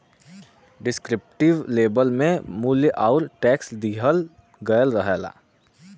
descriptive label में मूल्य आउर टैक्स दिहल गयल रहला